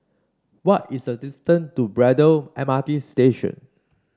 what is the distance to Braddell M R T Station